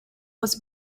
was